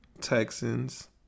Texans